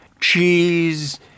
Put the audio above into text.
cheese